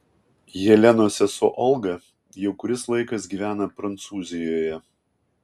jelenos sesuo olga jau kuris laikas gyvena prancūzijoje